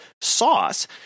sauce